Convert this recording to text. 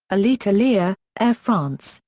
alitalia, air france,